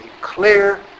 clear